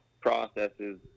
processes